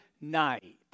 night